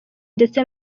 ndetse